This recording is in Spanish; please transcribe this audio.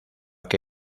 que